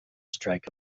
strike